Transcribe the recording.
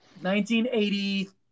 1980